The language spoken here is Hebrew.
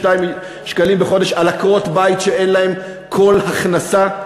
שקלים בחודש על עקרות-בית שאין להן כל הכנסה?